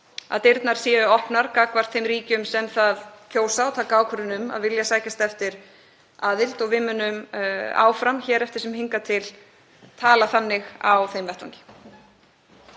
að dyrnar séu opnar gagnvart þeim ríkjum sem það kjósa og taka ákvörðun um að vilja sækjast eftir aðild og við munum áfram, hér eftir sem hingað til, tala þannig á þeim vettvangi.